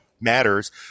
matters